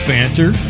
Banter